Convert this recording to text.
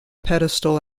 pedestal